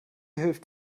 hilft